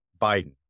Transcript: Biden